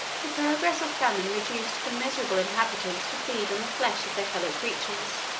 the progress of famine reduced the miserable inhabitants to feed on the flesh of their fellow-creatures